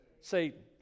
Satan